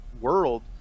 world